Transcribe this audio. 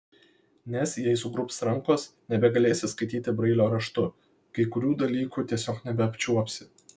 nes jei sugrubs rankos nebegalėsi skaityti brailio raštu kai kurių dalykų tiesiog nebeapčiuopsi